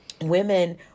women